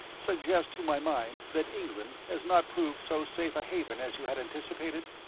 suggests to my mind that england has not proved so safe a haven as you had anticipated?